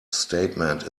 statement